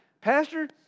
pastor